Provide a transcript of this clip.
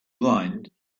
blind